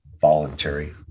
voluntary